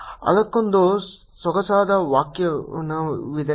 ಅದಕ್ಕೊಂದು ಸೊಗಸಾದ ವ್ಯಾಖ್ಯಾನವಿದೆ